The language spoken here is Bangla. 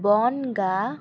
বনগাঁ